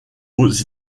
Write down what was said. aux